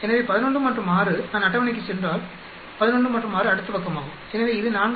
எனவே 11 மற்றும் 6 நான் அட்டவணைக்குச் சென்றால் 11 மற்றும் 6 அடுத்த பக்கமாகும் எனவே இது 4